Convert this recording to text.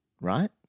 right